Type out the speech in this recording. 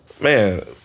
Man